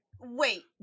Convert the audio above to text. Wait